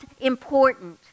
important